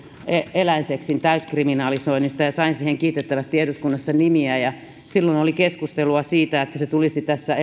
eläinseksin täyskriminalisoinnista ja sain siihen kiitettävästi eduskunnassa nimiä ja silloin oli keskustelua siitä että se tulisi tässä